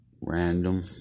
random